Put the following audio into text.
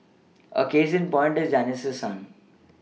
a case in point is Janice's son